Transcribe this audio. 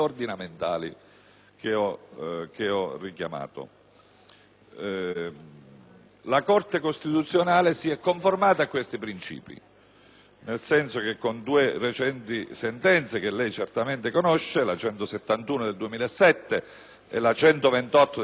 La Corte costituzionale si è conformata a questi principi, nel senso che con due recenti sentenze, che lei certamente conosce, la n. 171 del 2007 e la n. 128 del 2008,